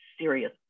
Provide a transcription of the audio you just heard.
serious